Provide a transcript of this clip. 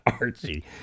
Archie